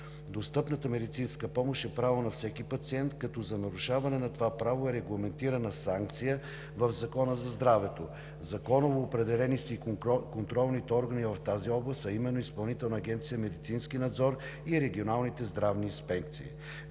Достъпната медицинска помощ е право на всеки пациент като за нарушаване на това право е регламентирана санкция в Закона за здравето. Законово са определени и контролните органи в тази област, а именно Изпълнителна агенция „Медицински надзор“ и регионалните здравни инспекции.